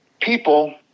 people